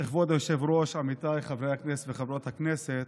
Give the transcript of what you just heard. כבוד היושב-ראש, עמיתיי חברי הכנסת וחברות הכנסת,